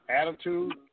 Attitude